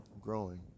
growing